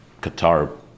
Qatar